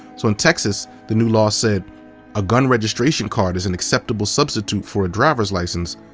so in texas, the new law said a gun registration card is an acceptable substitute for a driver's license,